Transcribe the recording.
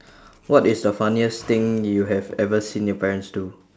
what is the funniest thing you have ever seen your parents do